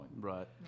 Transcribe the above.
Right